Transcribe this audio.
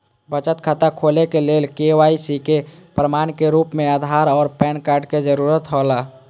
बचत खाता खोले के लेल के.वाइ.सी के प्रमाण के रूप में आधार और पैन कार्ड के जरूरत हौला